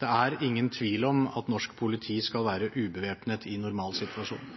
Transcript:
Det er ingen tvil om at norsk politi skal være ubevæpnet i normalsituasjon.